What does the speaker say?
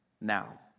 now